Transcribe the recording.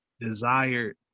desired